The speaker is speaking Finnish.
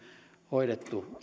hoidettu